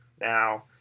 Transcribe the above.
Now